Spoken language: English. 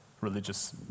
religious